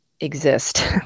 exist